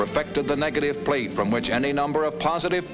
perfected the negative plate from which any number of positive